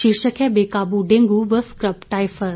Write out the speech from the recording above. शीर्षक है बेकाबू डेंगू व स्कब टायफस